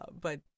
But-